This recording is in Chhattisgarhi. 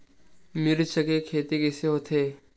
मिर्च के कइसे खेती होथे?